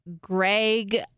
Greg